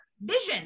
vision